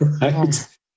right